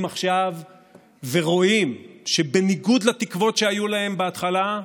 עכשיו ורואים שבניגוד לתקוות שהיו להם בהתחלה,